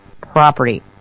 property